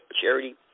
charity